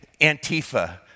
Antifa